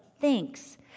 thinks